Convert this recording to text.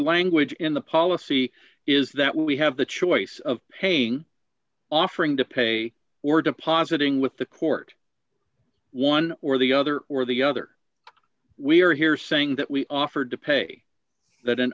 language in the policy is that we have the choice of paying offering to pay or depositing with the court one dollar or the other or the other we are here saying that we offered to pay that an